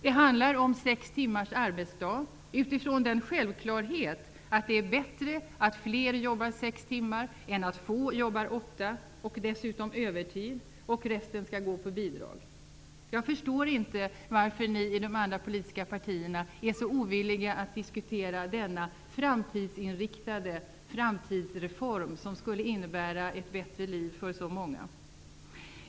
Det handlar om sex timmars arbetsdag, utifrån självklarheten att det är bättre att fler jobbar sex timmar än att få jobbar åtta, och dessutom övertid, och att resten skall gå på bidrag. Jag förstår inte varför ni i de andra politiska partierna är så ovilliga att diskutera denna framtidsinriktade reform som skulle innebära ett bättre liv för så många.